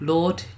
Lord